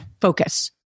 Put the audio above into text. focus